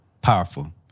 Powerful